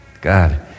God